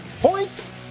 Points